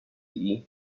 tea